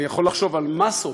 אני יכול לחשוב על מאסות